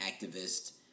activist